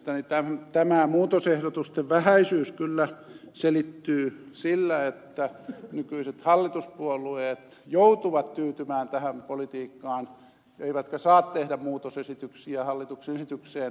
mielestäni tämä muutosehdotusten vähäisyys kyllä selittyy sillä että nykyiset hallituspuolueet joutuvat tyytymään tähän politiikkaan eivätkä saa tehdä muutosesityksiä hallituksen esitykseen